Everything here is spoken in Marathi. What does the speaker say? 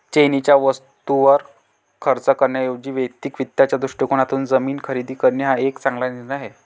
चैनीच्या वस्तूंवर खर्च करण्याऐवजी वैयक्तिक वित्ताच्या दृष्टिकोनातून जमीन खरेदी करणे हा एक चांगला निर्णय आहे